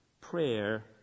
prayer